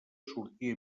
sortia